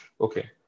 okay